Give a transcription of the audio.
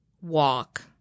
walk